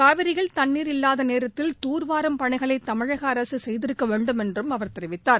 காவிரியில் தண்ணீர் இல்லாத நேரத்தில் தூர்வாறும் பணிகளை தமிழக அரசு செய்திருக்க வேண்டும் என்றும் அவர் தெரிவித்தார்